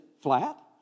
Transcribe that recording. Flat